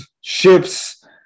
ships